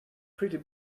pretty